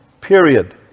period